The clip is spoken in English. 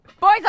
Boys